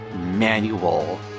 manual